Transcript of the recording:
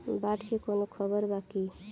बाढ़ के कवनों खबर बा की?